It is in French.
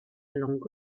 langue